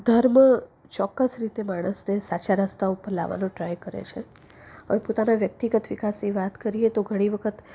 ધર્મ ચોક્કસ રીતે માણસને સાચા રસ્તા ઉપર લાવવાનો ટ્રાઈ કરે છે હવે પોતાના વ્યક્તિગત વિકાસની વાત કરીએ તો ઘણી વખત